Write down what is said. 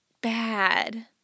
bad